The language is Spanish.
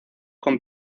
con